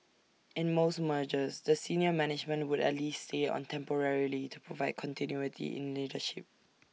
in most mergers the senior management would at least stay on temporarily to provide continuity in leadership